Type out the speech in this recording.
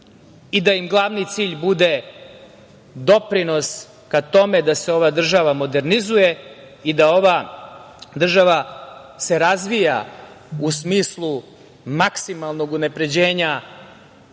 i da im glavni cilj bude doprinos ka tome da se ova država modernizuje i da se ova država razvija, u smislu maksimalnog unapređenja